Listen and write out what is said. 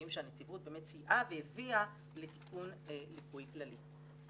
שהנציבות באמת סייעה והביאה לתיקון ליקוי כללי.